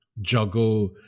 juggle